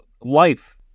life